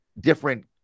different